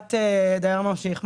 לקבלת דייר ממשיך.